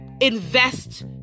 invest